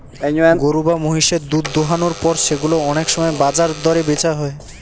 গরু বা মহিষের দুধ দোহানোর পর সেগুলো অনেক সময় বাজার দরে বেচা হয়